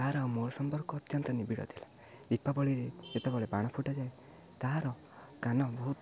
ତାହାର ମୋର ସମ୍ପର୍କ ଅତ୍ୟନ୍ତ ନିବିଡ଼ ଥିଲା ଦୀପାବଳିରେ ଯେତେବେଳେ ବାଣ ଫୁଟାଯାଏ ତାହାର କାନ ବହୁତ